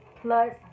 Plus